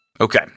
Okay